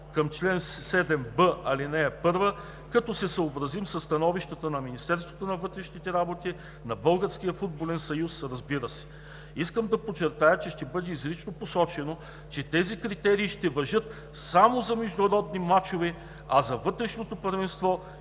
към чл. 7б, ал.1, като се съобразим със становищата на Министерството на вътрешните работи и на Българския футболен съюз, разбира се. Искам да подчертая, че ще бъде изрично посочено, че тези критерии ще важат само за международни мачове, а за вътрешното първенство